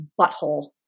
butthole